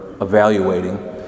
evaluating